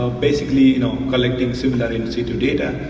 ah basically you know collecting similar in-situ data,